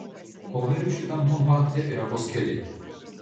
koverių šitam kompakte yra vos keli